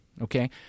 Okay